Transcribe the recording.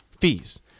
fees